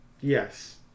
Yes